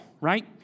right